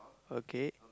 okay